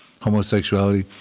homosexuality